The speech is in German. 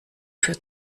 für